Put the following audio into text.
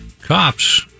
cops